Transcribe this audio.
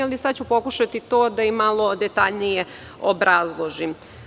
Sada ću pokušati to da i malo detaljnije obrazložim.